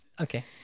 okay